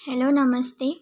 hello Namaste